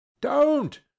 Don't